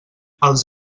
els